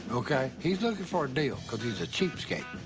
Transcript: okay? he's looking for a deal cause he's a cheapskate.